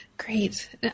Great